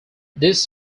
this